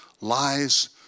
lies